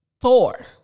Four